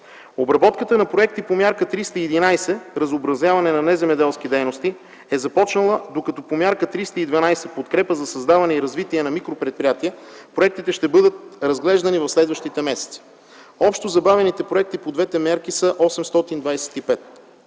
Обработката на проекти по Мярка 311 „Разнообразяване към неземеделски дейности” е започнала, докато по Мярка 312 „Подкрепа за създаване и развитие на микропредприятия” проектите ще бъдат разглеждани в следващите месеци. Общо забавените проекти по двете мерки са 825.